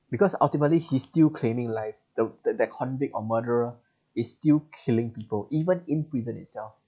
because ultimately he's still claiming lives the that convict or murderer is still killing people even in prison itself